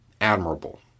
admirable